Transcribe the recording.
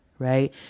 Right